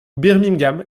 birmingham